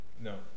No